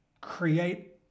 create